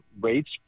rates